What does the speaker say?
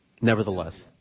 Nevertheless